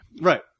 Right